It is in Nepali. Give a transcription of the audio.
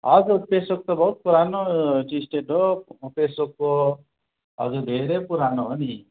हजुर पेसोक त बहुत पुरानो टी स्टेट हो पेसोकको हजुर धेरै पुरानो हो नि